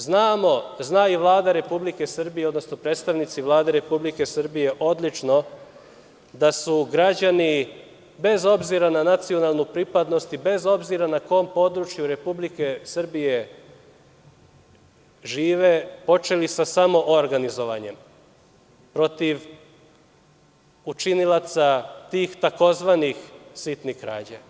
Znamo, zna i Vlada Republike Srbije odnosno predstavnici Vlade Republike Srbije odlično da su građani, bez obzira na nacionalnu pripadnost i bez obzira na kom području Republike Srbije žive, počeli sa samoorganizovanjem protiv učinilaca tih tzv. sitnih krađa.